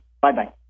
Bye-bye